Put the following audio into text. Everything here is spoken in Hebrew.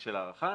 של הארכה.